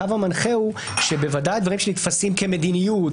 הקו המנחה הוא שבוודאי הדברים שנתפסים כמדיניות,